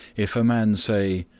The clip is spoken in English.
if a man say,